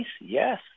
Yes